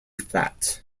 flat